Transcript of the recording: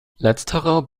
letzterer